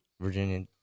Virginia